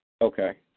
Okay